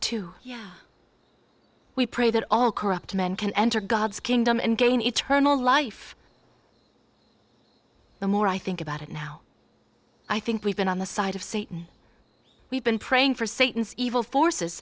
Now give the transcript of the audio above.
too yeah we pray that all corrupt men can enter god's kingdom and gain eternal life the more i think about it now i think we've been on the side of satan we've been praying for satan's evil forces